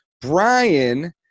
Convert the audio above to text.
Brian